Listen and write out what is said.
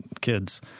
kids